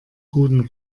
guten